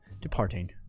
departing